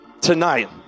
tonight